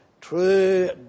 true